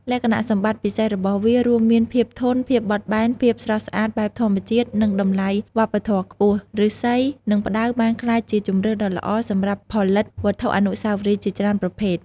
លក្ខណៈសម្បត្តិពិសេសរបស់វា រួមមានភាពធន់ ភាពបត់បែន ភាពស្រស់ស្អាតបែបធម្មជាតិ និងតម្លៃវប្បធម៌ខ្ពស់ ឫស្សី និងផ្តៅបានក្លាយជាជម្រើសដ៏ល្អសម្រាប់ផលិតវត្ថុអនុស្សាវរីយ៍ជាច្រើនប្រភេទ។